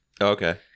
Okay